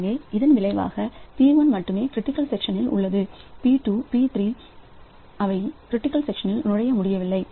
எனவே இதன் விளைவாக P1 மட்டுமே க்ரிட்டிக்கல் செக்ஷனில் உள்ளது P2 P3 அவை க்ரிட்டிக்கல் செக்ஷனில் நுழைய முடியவில்லை